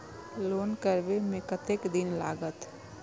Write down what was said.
Loan करबे में कतेक दिन लागते?